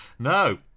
No